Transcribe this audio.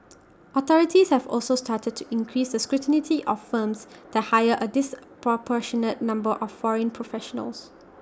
authorities have also started to increase the scrutiny of firms that hire A disproportionate number of foreign professionals